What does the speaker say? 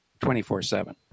24-7